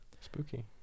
Spooky